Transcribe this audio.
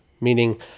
meaning